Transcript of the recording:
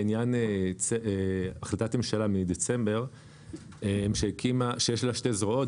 לעניין החלטת ממשלה מדצמבר שיש לה שתי זרועות.